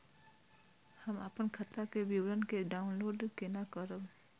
हम अपन खाता के विवरण के डाउनलोड केना करब?